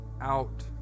out